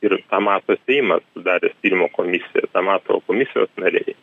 ir tą mato seimas sudaręs tyrimo komisiją tą mato komisijos nariai